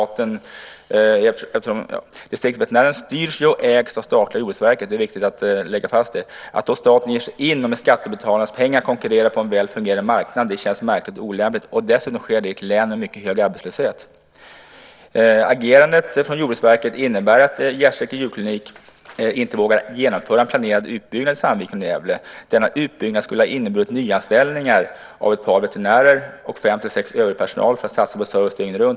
Företaget har inget emot konkurrens i sig, men man tycker att det känns märkligt och olämpligt att staten med hjälp av skattebetalarnas pengar ger sig in och konkurrerar på en väl fungerande marknad. Dessutom sker det i ett län med mycket hög arbetslöshet. Jordbruksverkets agerande innebär att Gästrike djurklinik inte vågar genomföra en planerad utbyggnad i Sandviken och Gävle. Denna utbyggnad skulle ha inneburit nyanställningar av ett par veterinärer och fem sex övrig personal för att satsa på service dygnet runt.